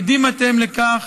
עדים אתם לכך